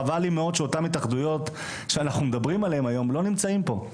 חבל לי מאוד שאותן התאחדויות שאנחנו מדברים עליהן היום לא נמצאות פה.